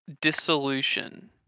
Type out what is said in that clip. Dissolution